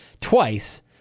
twice